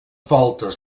voltes